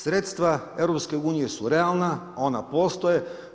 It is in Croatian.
Sredstva EU su realna, ona postoje.